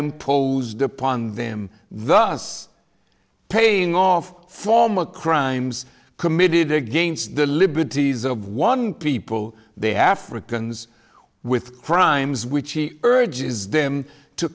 imposed upon them thus paying off former crimes committed against the liberties of one people they africans with crimes which he urges them to